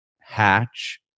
Hatch